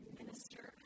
minister